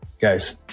guys